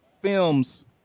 films